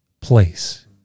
place